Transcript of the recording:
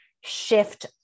shift